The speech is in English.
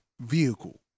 vehicle